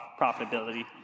profitability